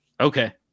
Okay